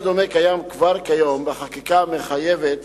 הסדר דומה קיים כבר כיום בחקיקה המחייבת